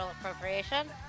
appropriation